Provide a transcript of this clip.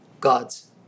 God's